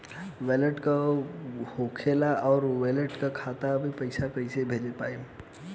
Wallet का होखेला और वैलेट से खाता मे पईसा कइसे भेज पाएम?